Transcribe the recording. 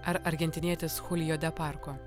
ar argentinietis chulijo de parko